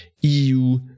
EU